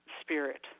spirit